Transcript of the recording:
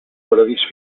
paradís